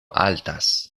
haltas